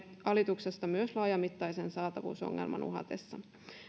alituksesta myös laajamittaisen saatavuusongelman uhatessa